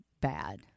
bad